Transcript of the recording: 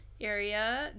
area